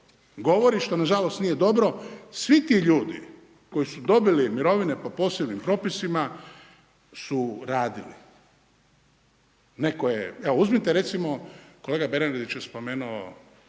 govori, što nažalost nije dobro, svi ti ljudi koji su dobili mirovine po posebnim propisima su radili. Netko je, evo uzmite, recimo, kolega Bernardić je spomenuo,